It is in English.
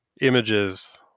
images